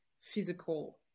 physical